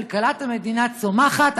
כלכלת המדינה צומחת,